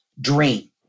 dream